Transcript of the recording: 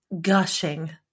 gushing